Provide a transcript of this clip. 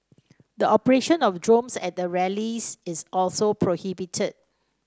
the operation of drones at the rallies is also prohibited